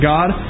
God